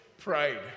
pride